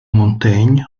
montaigne